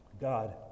God